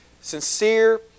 sincere